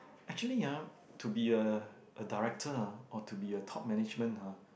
actually ah to be a a director ah or to be a top management ah